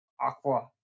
aqua